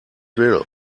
will